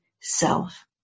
self